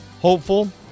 hopeful